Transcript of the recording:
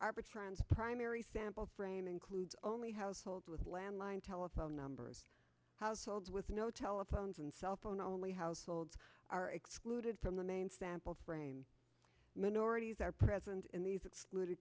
trans primary sample frame includes only households with landline telephone numbers households with no telephones and cell phone only households are excluded from the main stamp of frame minorities are present in these excluded